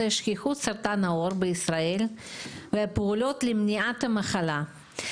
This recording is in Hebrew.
שכיחות סרטן העור בישראל ופעולות למניעת המחלה,